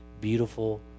beautiful